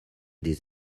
des